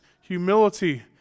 humility